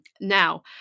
Now